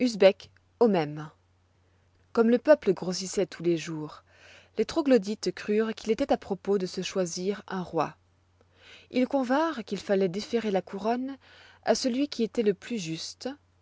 au même comme le peuple grossissoit tous les jours les troglodytes crurent qu'il étoit à propos de se choisir un roi ils convinrent qu'il falloit déférer la couronne à celui qui étoit le plus juste